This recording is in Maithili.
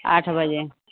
आठ बजे